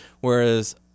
whereas